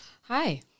Hi